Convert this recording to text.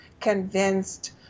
convinced